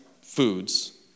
foods